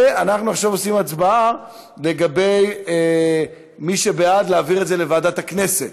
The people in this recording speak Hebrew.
ואנחנו עכשיו עושים הצבעה לגבי מי שבעד להעביר את זה לוועדת הכנסת.